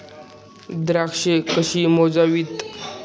द्राक्षे कशी मोजावीत?